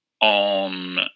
on